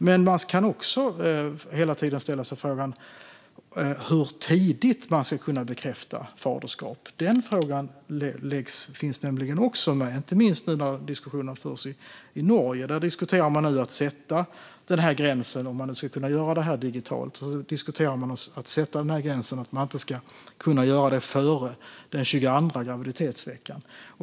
Men man kan också hela tiden ställa sig frågan hur tidigt man ska kunna bekräfta faderskap. Denna fråga finns nämligen också med, inte minst nu när diskussioner förs i Norge. Där diskuteras nu denna gräns och att om man ska kunna göra detta digitalt ska man inte kunna göra det före den 22:a graviditetsveckan.